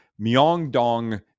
Myeongdong